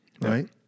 right